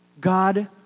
God